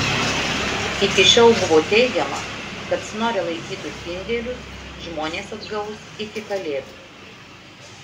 iki šiol buvo teigiama kad snore laikytus indėlius žmonės atgaus iki kalėdų